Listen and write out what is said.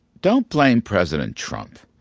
don't blame president trump.